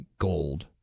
gold